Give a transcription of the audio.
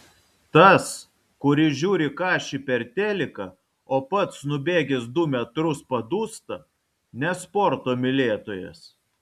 tas kuris žiūri kašį per teliką o pats nubėgęs du metrus padūsta ne sporto mylėtojas